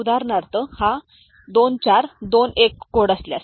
उदाहरणार्थ हा 2421 कोड असल्यास